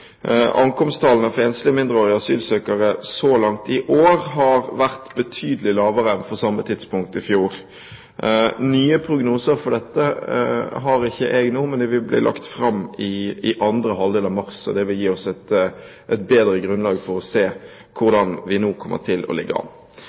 Ankomsttallene for enslige mindreårige asylsøkere så langt i år har vært betydelig lavere enn for samme tidspunkt i fjor. Nye prognoser for dette har ikke jeg nå, men de vil bli lagt fram i andre halvdel av mars. Det vil gi oss et bedre grunnlag for å se